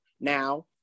now